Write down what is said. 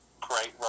great